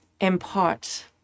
impart